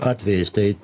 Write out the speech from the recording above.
atvejais tai